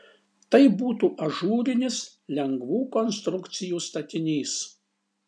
tai būtų ažūrinis lengvų konstrukcijų statinys